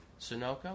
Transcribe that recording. Sunoco